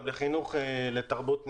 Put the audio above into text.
גם לחינוך לתרבות נהיגה.